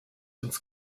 ins